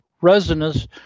resonance